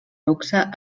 luxe